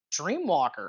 dreamwalker